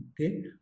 okay